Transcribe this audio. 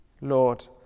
Lord